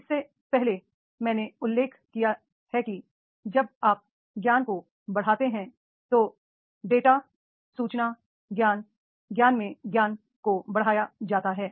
इससे पहले मैंने उल्लेख किया है कि जब आप ज्ञान को बढ़ाते हैं तो डाटा सूचना ज्ञान ज्ञान में ज्ञान को बढ़ाया जाता है